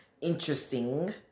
Interesting